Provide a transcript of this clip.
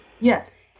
Yes